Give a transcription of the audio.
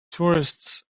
tourists